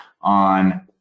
on